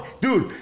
Dude